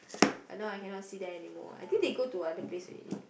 but now I cannot see them anymore I think they go to other place already